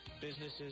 businesses